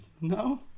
No